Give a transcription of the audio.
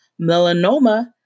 Melanoma